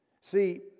See